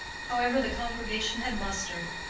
however, the congregation had mustered,